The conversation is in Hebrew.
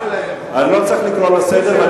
אני לא צריך לקרוא לסדר.